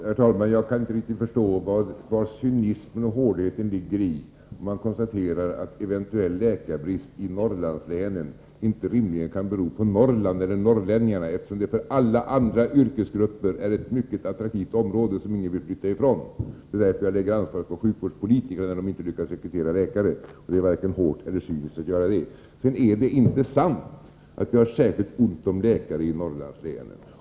Herr talman! Jag kan inte riktigt förstå vari cynismen och hårdheten ligger, om man konstaterar att eventuell läkarbrist i Norrlandslänen inte rimligen kan bero på Norrland eller norrlänningarna, eftersom det för alla andra yrkesgrupper är ett mycket attraktivt område, som ingen vill flytta ifrån. Det är därför jag lägger ansvaret på sjukvårdspolitikerna, när de inte lyckas rekrytera läkare. Det är varken hårt eller cyniskt att göra så. Det är inte sant att vi har speciellt ont om läkare i Norrlandslänen.